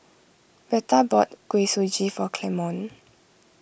Retta bought Kuih Suji for Clemon